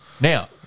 now